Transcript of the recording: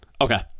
Okay